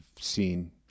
seen